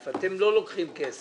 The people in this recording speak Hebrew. כסף, אתם לא לוקחים כסף.